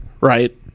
right